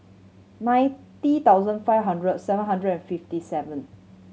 ninety thousand five hundred seven hundred and fifty seven